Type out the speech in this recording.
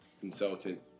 consultant